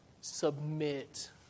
submit